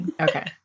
okay